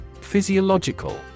Physiological